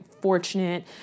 fortunate